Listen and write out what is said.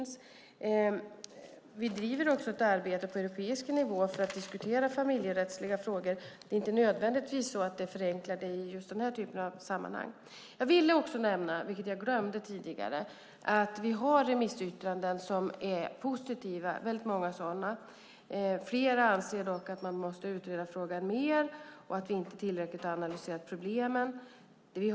Vi driver också ett arbete på europeisk nivå med att diskutera familjerättsliga frågor, men det är inte nödvändigtvis så att det förenklar saken i dessa typer av sammanhang. Vi har många remissyttranden som är positiva. Flera anser dock att frågan måste utredas mer och att vi inte har analyserat problemen tillräckligt.